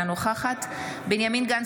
אינה נוכחת בנימין גנץ,